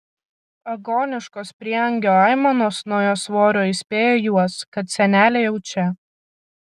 agoniškos prieangio aimanos nuo jos svorio įspėjo juos kad senelė jau čia